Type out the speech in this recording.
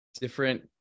different